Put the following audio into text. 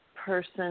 person